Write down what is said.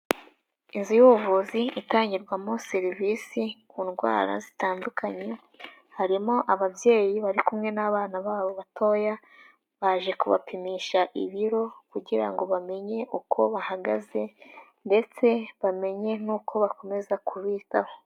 Inzu y'ubuvuzi itangirwamo serivisi ku ndwara zitandukanye, harimo ababyeyi bari kumwe n'abana babo batoya baje kubapimisha ibiro kugira ngo bamenye uko bahagaze ndetse bamenye n'uko bakomeza kubitaho.